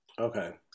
Okay